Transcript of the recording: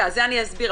אני אסביר.